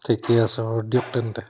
ঠিকে আছে বাৰু দিয়ক তেন্তে